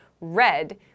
red